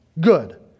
good